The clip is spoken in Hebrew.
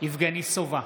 יבגני סובה,